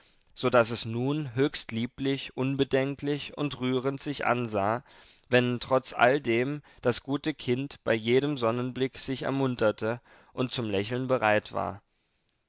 so daß es nun höchst lieblich unbedenklich und rührend sich ansah wenn trotz alledem das gute kind bei jedem sonnenblick sich ermunterte und zum lächeln bereit war